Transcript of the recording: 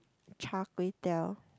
char-kway-teow